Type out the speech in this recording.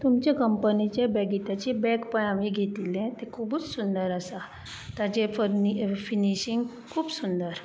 तुमचें कंपनीचें बेगिटाचें बॅग पळय हांवें घेतिल्लें तें खुबूच सुंदर आसा ताजे फर्नि फिनीशिंग खूब सुंदर